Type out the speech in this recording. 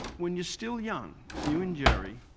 when you're still, young you and gerry,